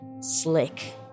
slick